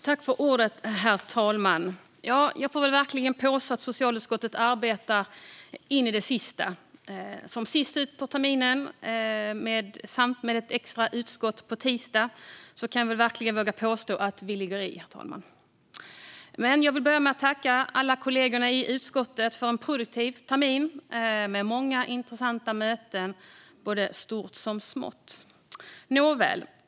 Herr talman! Jag får verkligen påstå att socialutskottet arbetar in i det sista. Vi är sist ut på terminen i kammaren och har ett extra utskottsmöte på tisdag. Jag kan verkligen våga påstå att vi ligger i, herr talman. Jag vill börja med att tacka alla kollegor i utskottet för en produktiv termin med många intressanta möten om stort som smått. Nåväl!